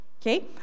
Okay